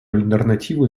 альтернативы